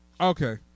Okay